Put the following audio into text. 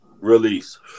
Release